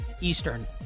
Eastern